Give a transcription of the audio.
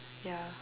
ya